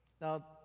Now